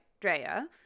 Drea